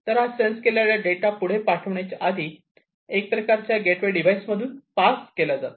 तर हा सेन्स केलेला डेटा पुढे पाठवण्याच्या आधी एका प्रकारच्या गेटवे डिवाइस मधून पास केला जातो